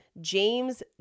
James